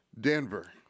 Denver